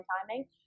timing